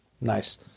Nice